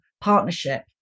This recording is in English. partnership